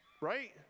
Right